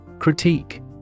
Critique